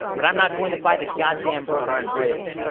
but i'm not going to buy the goddamn brooklyn bridge.